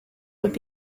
would